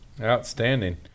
Outstanding